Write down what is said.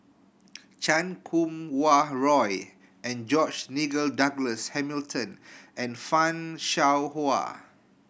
Chan Kum Wah Roy and George Nigel Douglas Hamilton and Fan Shao Hua